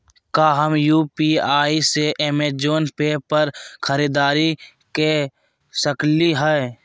का हम यू.पी.आई से अमेजन ऐप पर खरीदारी के सकली हई?